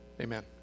Amen